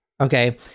Okay